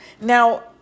Now